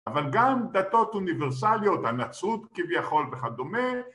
אבל גם דתות אוניברסליות, הנצרות כביכול וכדומה